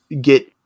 get